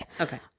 Okay